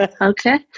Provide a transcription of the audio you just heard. Okay